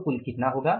तो कुल कितना होगा